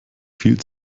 viel